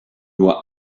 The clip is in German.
nur